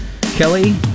Kelly